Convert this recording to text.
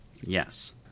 Yes